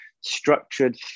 structured